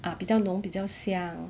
ah 比较浓比较香